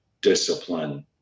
discipline